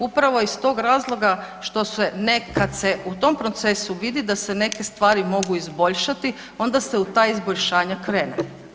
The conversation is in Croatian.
Upravo iz toga razloga kad se u tom procesu vidi da se neke stvari mogu izboljšati, onda se u ta izboljšanja krene.